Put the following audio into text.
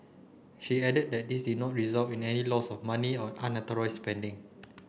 she added that this did not result in any loss of money or spending